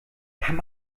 kann